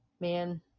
man